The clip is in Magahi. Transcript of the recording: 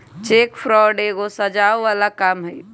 चेक फ्रॉड एगो सजाओ बला काम हई